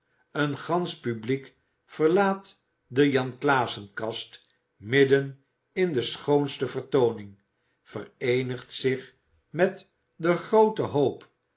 een gansch publiek verlaat den janklaassen kast midden in de schoonste vertooning vereenigt zich met den grooten hoop